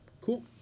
Cool